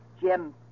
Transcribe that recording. Jim